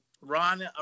Ron